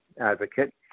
advocate